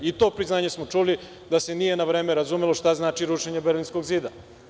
I to priznanje smo čuli, da se nije na vreme razumelo šta znači rušenje Berlinskog zida.